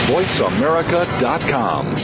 VoiceAmerica.com